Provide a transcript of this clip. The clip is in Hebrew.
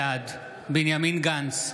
בעד בנימין גנץ,